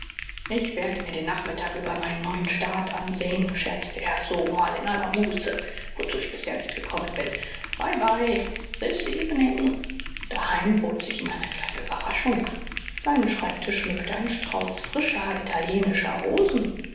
ich werd mir den nachmittag über meinen neuen staat ansehen scherzte er so mal in aller muße wozu ich bisher nicht gekommen bin byebye this evening daheim bot sich ihm eine kleine überraschung seinen schreibtisch schmückte ein strauß frischer italienischer rosen